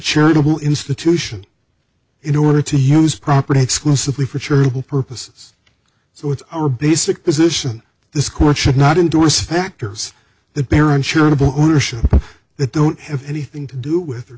charitable institution in order to him property exclusively for chervil purposes so it's our basic position this court should not indorse factors that barren charitable ownership that don't have anything to do with